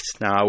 now